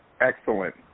Excellent